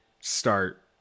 start